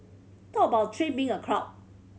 talk about three being a crowd